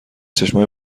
چشمای